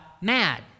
mad